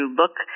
look